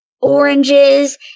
oranges